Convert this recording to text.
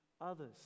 others